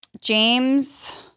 James